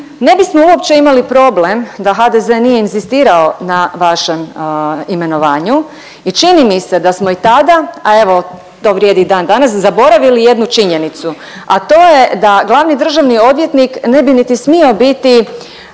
Ne bismo uopće imali problem da HDZ nije inzistirao na vašem imenovanju i čini mi se da smo i tada, a evo to vrijedi i dan danas zaboravili jednu činjenicu, a to je da glavni državni odvjetnik ne bi niti smio biti